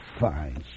Fine